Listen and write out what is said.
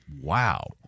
wow